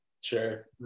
Sure